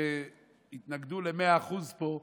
שהתנגדו ל-100% פה,